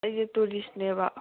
ꯑꯩꯁꯦ ꯇꯨꯔꯤꯁꯅꯦꯕ